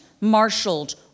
marshaled